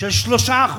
של 3%,